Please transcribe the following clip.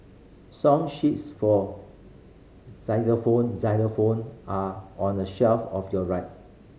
song sheets for xylophone xylophone are on the shelf of your right